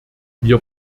wir